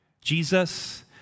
Jesus